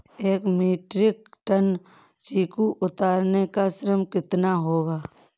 एक metric ton चीकू उतारने का श्रम शुल्क कितना होगा?